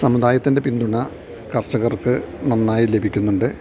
സമുദായത്തിൻ്റെ പിന്തുണ കർഷകർക്ക് നന്നായി ലഭിക്കുന്നുണ്ട്